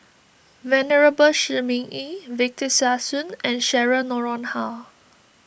Venerable Shi Ming Yi Victor Sassoon and Cheryl Noronha